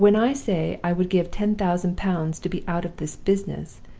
when i say i would give ten thousand pounds to be out of this business,